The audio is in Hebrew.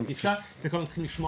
יש לנו